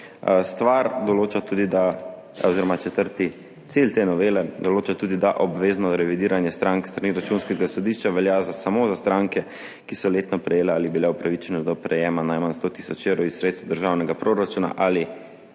novele določa tudi, da obvezno revidiranje strank s strani Računskega sodišča velja za samo za stranke, ki so letno prejele ali bile upravičene do prejema najmanj 100 tisoč evrov iz sredstev državnega proračuna ali